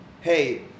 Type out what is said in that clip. hey